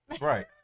Right